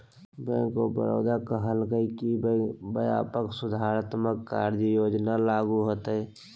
bank of Baroda कहलकय कि व्यापक सुधारात्मक कार्य योजना लागू होतय